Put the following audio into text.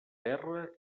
terra